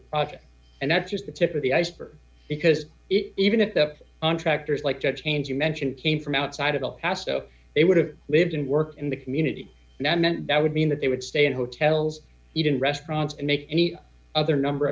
the project and that's just the tip of the iceberg because it even took up on tractors like detains you mentioned came from outside of el paso they would have lived and work in the community and that meant that would mean that they would stay in hotels eat in restaurants and make any other number